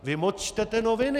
Vy moc čtete noviny.